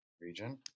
region